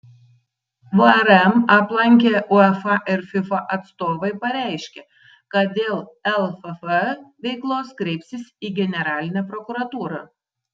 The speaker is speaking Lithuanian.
vrm aplankę uefa ir fifa atstovai pareiškė kad dėl lff veiklos kreipsis į generalinę prokuratūrą